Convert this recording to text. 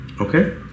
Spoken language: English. Okay